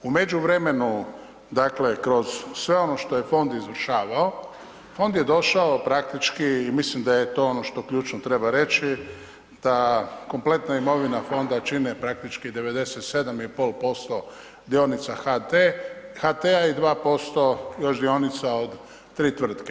U međuvremenu, dakle kroz sve ono što je fond izvršavao, fond je došao praktički i mislim da je to ono što ključno treba reći da kompletna imovina fonda čine praktički 97,5% dionica HT, HT-a i 2% još dionica od tri tvrtke.